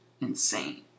insane